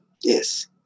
yes